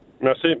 Merci